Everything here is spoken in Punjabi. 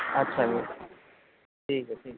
ਅੱਛਾ ਜੀ ਠੀਕ ਹੈ ਠੀਕ ਹੈ